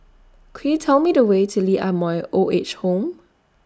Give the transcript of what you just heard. Could YOU Tell Me The Way to Lee Ah Mooi Old Age Home